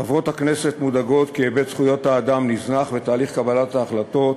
חברות הכנסת מודאגות כי היבט זכויות האדם נזנח בתהליך קבלת ההחלטות,